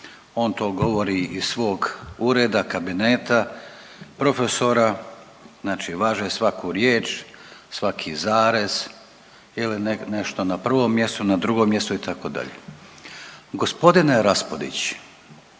on to govori iz svog ureda, kabineta profesora znači važe svaku riječ, svaki zarez il je nešto na prvom mjestu na drugom mjestu itd. Gospodine Raspudić